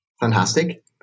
Fantastic